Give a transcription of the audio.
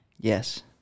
Yes